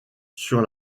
sur